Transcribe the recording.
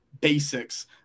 basics